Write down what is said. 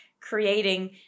creating